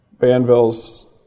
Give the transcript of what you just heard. banvilles